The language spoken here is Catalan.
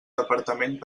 departament